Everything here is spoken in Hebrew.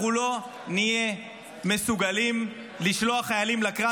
אנחנו לא נהיה מסוגלים לשלוח חיילים לקרב,